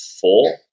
four